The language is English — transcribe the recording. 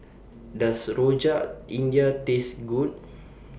Does Rojak India Taste Good